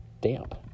damp